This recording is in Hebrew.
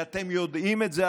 ואתם יודעים את זה,